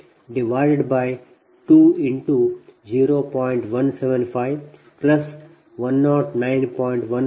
175109